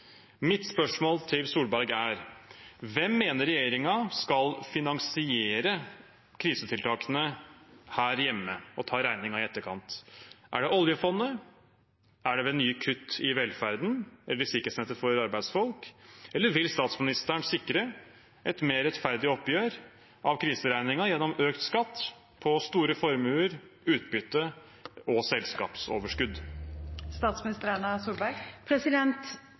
Mitt spørsmål til Solberg er: Hvem mener regjeringen skal finansiere krisetiltakene her hjemme og ta regningen i etterkant? Er det oljefondet, er det ved nye kutt i velferden, sikkerhetsnettet for arbeidsfolk, eller vil statsministeren sikre et mer rettferdig oppgjør av kriseregningen gjennom økt skatt på store formuer, utbytte og